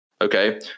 Okay